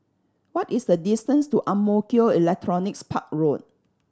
what is the distance to Ang Mo Kio Electronics Park Road